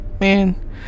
man